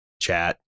Chat